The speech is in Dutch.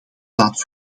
laat